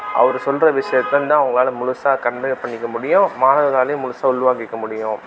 அவரு சொல்கிற விஷயத்தை வந்து அவங்களால முழுசா கன்வே பண்ணிக்க முடியும் மாணவர்களாலேயும் முழுசா உள்வாங்கிக்க முடியும்